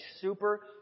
super